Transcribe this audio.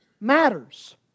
matters